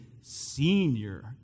senior